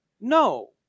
No